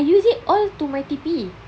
I use it all to my T_P